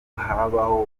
habaho